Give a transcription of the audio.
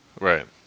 right